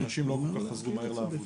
אנשים לא חזרו כל כך מהר לעבודה.